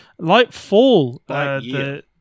Lightfall